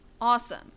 Awesome